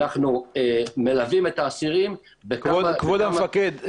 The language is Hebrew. אנחנו מלווים את האסירים --- כבוד המפקד,